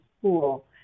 school